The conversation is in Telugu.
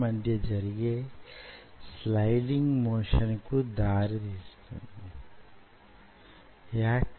ఈ ఉపరితలం పైన ఈ కండరం సంకోచిస్తూ వుంటే